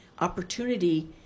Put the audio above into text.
opportunity